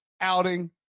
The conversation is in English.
outing